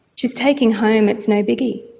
she is taking home it's no biggie.